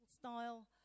style